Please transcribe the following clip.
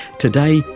today,